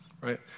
right